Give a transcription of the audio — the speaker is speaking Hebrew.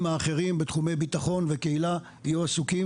האחרים בתחומי ביטחון וקהילה יהיו עסוקים,